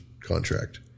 contract